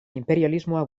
inperialismoa